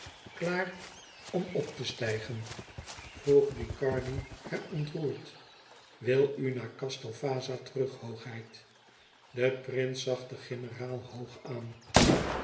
klaar om op te stijgen vroeg ducardi hem ontroerd wil u naar castel vaza terug oogheid e prins zag den generaal hoog aan